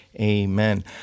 Amen